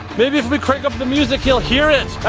maybe if we crank up the music, he'll hear it.